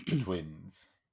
twins